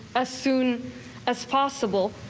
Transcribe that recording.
ah soon as possible.